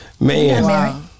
Man